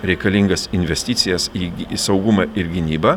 reikalingas investicijas į gy į saugumą ir gynybą